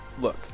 look